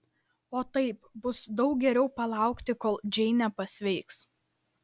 o taip bus daug geriau palaukti kol džeinė pasveiks